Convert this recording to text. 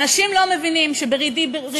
אנשים לא מבינים שבריבית דריבית,